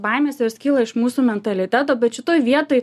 baimės jos kyla iš mūsų mentaliteto bet šitoj vietoj